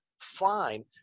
fine